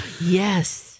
Yes